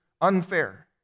unfair